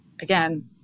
again